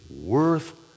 worth